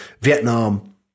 Vietnam